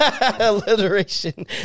Alliteration